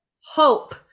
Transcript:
hope